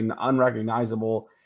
unrecognizable